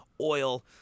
oil